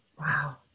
Wow